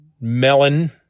melon